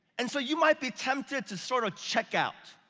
and so you might be tempted to sort of check out.